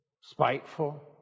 spiteful